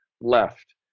left